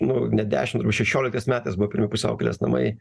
nu ne dešim šešioliktais metais buvo pirmi pusiaukelės namai